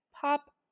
pop